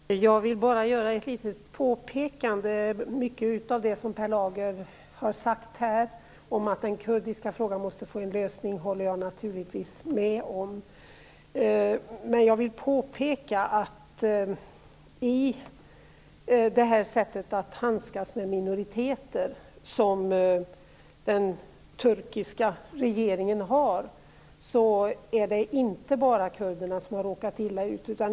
Fru talman! Jag vill bara göra ett litet påpekande. Mycket av det som Per Lager har sagt om att den kurdiska frågan måste få en lösning håller jag naturligtvis med om. Men jag vill påpeka att genom den turkiska regeringens sätt att handskas med minoriteter är det inte bara kurderna som har råkat illa ut.